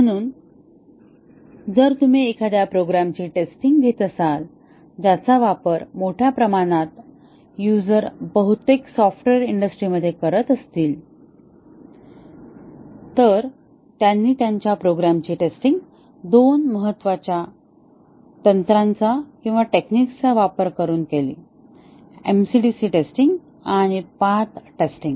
म्हणून जर तुम्ही एखाद्या प्रोग्रामची टेस्टिंग घेत असाल ज्याचा वापर मोठ्या प्रमाणात युझर बहुतेक सॉफ्टवेअर इंडस्ट्री मध्ये करत असतील तर त्यांनी त्यांच्या प्रोग्रामची टेस्टिंग दोन महत्वाच्या तंत्रांचा वापर करून केली एमसीडीसी टेस्टिंग आणि पाथ टेस्टिंग